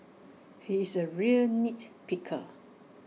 he is A real nits picker